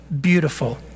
beautiful